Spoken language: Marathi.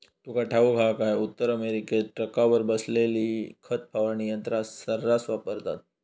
तुका ठाऊक हा काय, उत्तर अमेरिकेत ट्रकावर बसवलेली खत फवारणी यंत्रा सऱ्हास वापरतत